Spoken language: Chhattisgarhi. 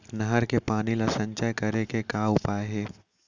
नहर के पानी ला संचय करे के का उपाय हे?